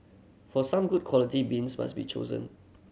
for some good quality beans must be chosen